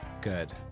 Good